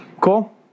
Cool